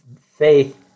faith